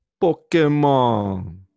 Pokemon